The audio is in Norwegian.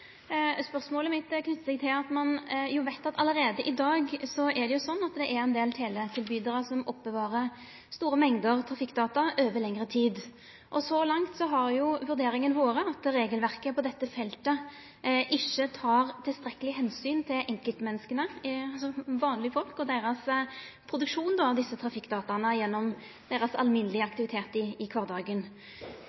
Spørsmålet mitt knyter seg til at ein veit at det allereie i dag er ein del teletilbydarar som oppbevarer store mengder trafikkdata over lengre tid. Så langt har vurderinga vore at regelverket på dette feltet ikkje tek tilstrekkeleg omsyn til enkeltmenneska, altså til vanlege folk og deira produksjon av desse trafikkdataa gjennom